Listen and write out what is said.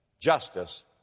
justice